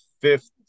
Fifth